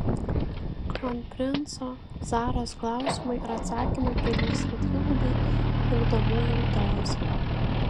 kronprinco zaros klausimai ir atsakymai prilygsta dvigubai migdomųjų dozei